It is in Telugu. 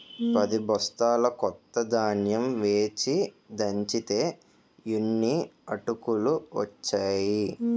పదిబొస్తాల కొత్త ధాన్యం వేచి దంచితే యిన్ని అటుకులు ఒచ్చేయి